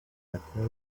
luckier